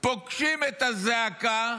פוגשים את הזעקה,